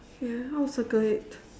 ya I'll circle it